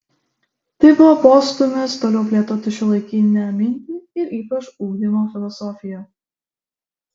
tai buvo postūmis toliau plėtoti šiuolaikinę mintį ir ypač ugdymo filosofiją